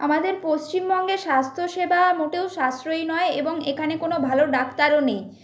আমাদের পশ্চিমবঙ্গে স্বাস্থ্যসেবা মোটেও সাশ্রয়ী নয় এবং এখানে কোনো ভালো ডাক্তারও নেই